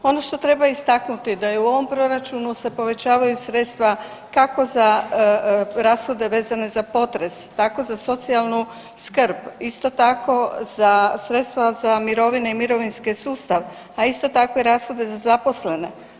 Ono što treba istaknuti da i u ovom proračunu se povećavaju sredstva kako za rashode vezane za potres, tako za socijalnu skrb, isto tako za sredstva za mirovine i mirovinski sustav, a isto tako i rashode za zaposlene.